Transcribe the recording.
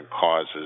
causes